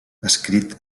escrit